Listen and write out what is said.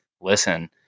Listen